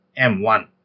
M1